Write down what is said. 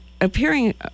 appearing